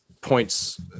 points